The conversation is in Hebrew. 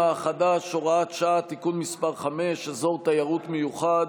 החדש (הוראת שעה) (תיקון מס' 5) (אזור תיירות מיוחד),